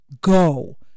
go